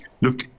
Look